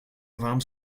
вам